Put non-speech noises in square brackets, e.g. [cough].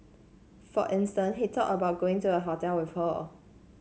for [unintelligible] he talk about going to a hotel with her